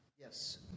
yes